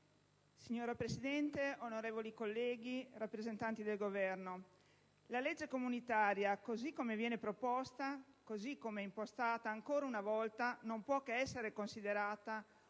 Signora Presidente, onorevoli colleghi, rappresentanti del Governo, la legge comunitaria, così come viene proposta e così com'è impostata, ancora una volta non può che essere considerata